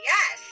Yes